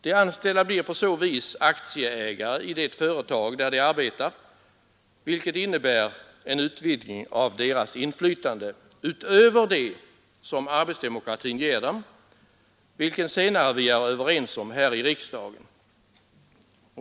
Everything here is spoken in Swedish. De anställda blir på så vis aktieägare i det företag där de arbetar, vilket innebär en utvidgning av deras inflytande utöver det som arbetsdemokratin ger dem, vilken senare vi är överens om här i riksdagen.